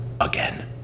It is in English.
again